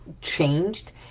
changed